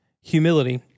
humility